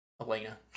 Elena